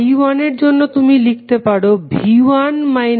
I1এর জন্য তুমি লিখতে পারো V1 VxZA